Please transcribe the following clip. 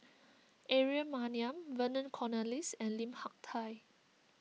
Aaron Maniam Vernon Cornelius and Lim Hak Tai